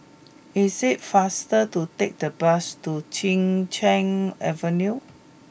is it faster to take the bus to Chin Cheng Avenue